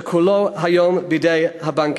שכולו היום בידי הבנקים.